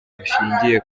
bushinjyiye